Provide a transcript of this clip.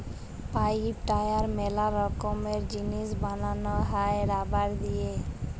pipe, tyre ম্যালা রকমের জিনিস বানানো হ্যয় রাবার দিয়ে